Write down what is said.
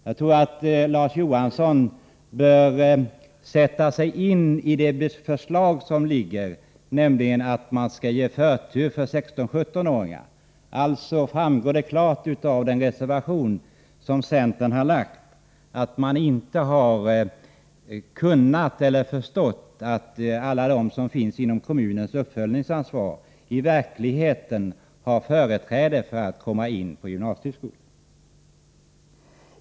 Jag tycker att Larz Johansson bör sätta sig in i det förslag som föreligger, nämligen att man skall ge förtur för 16—-17-åringar. Det framgår alltså klart av den reservation som centern har avgivit att man inte förstått att alla de som ingår i kommunernas uppföljningsansvar i verkligheten har företräde när det gäller att komma in på gymnasieskolan.